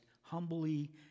humbly